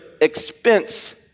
expense